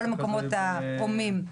בכל המקומות ההומים.